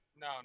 No